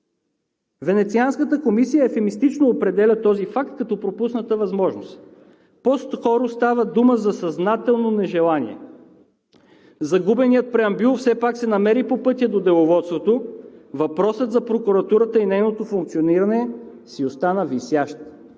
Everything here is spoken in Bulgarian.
Венецианската комисия евфемистично определя този факт като пропусната възможност, но по-скоро става дума за съзнателно нежелание. Загубеният преамбюл все пак се намери по пътя до Деловодството, а въпросът за прокуратурата и нейното функциониране остана висящ